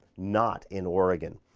not in oregon.